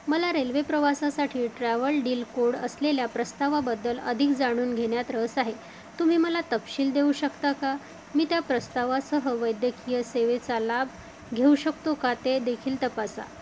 मला रेल्वे प्रवासासाठी travel deal code असलेल्या प्रस्तावाबद्दल अधिक जाणून घेण्यात रस आहे तुम्ही मला तपशील देऊ शकता का मी त्या प्रस्तावासह वैद्यकीय सेवेचा लाभ घेऊ शकतो का ते देखील तपासा